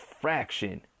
fraction